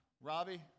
Robbie